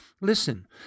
listen